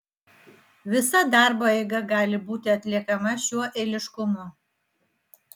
visa darbo eiga gali būti atliekama šiuo eiliškumu